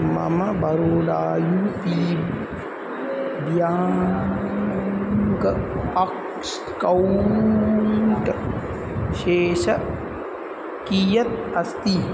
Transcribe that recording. मम Baroda U P bank account शेषं कियत् अस्ति